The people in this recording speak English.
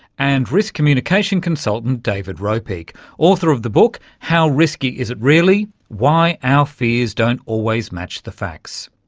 and risk communication consultant david ropeik, author of the book how risky is it, really? why our fears don't always match the facts.